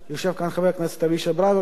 יושב כאן חבר הכנסת אבישי ברוורמן,